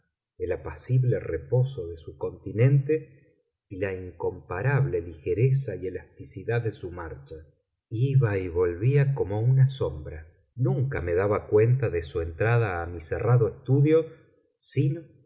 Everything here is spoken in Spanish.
el apacible reposo de su continente y la incomparable ligereza y elasticidad de su marcha iba y volvía como una sombra nunca me daba cuenta de su entrada a mi cerrado estudio sino